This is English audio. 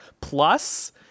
plus